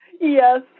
Yes